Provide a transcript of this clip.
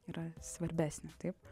yra svarbesnė taip